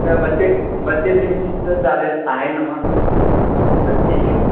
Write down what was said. inch बतीस बत्तीस इंची चालेल आहे ना बत्तीस